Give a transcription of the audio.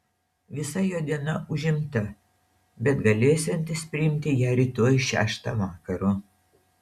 visa jo diena užimta bet galėsiantis priimti ją rytoj šeštą vakaro